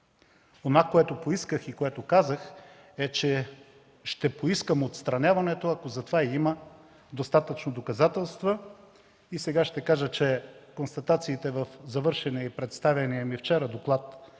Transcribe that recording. Онова, което казах, е, че ще поискам отстраняването, ако за това има достатъчно доказателства. Сега ще кажа, че констатациите в завършения и представения ми вчера доклад